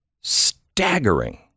staggering